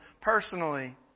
personally